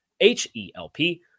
H-E-L-P